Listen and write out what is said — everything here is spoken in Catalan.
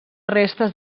restes